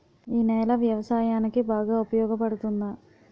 ఈ నేల వ్యవసాయానికి బాగా ఉపయోగపడుతుందా?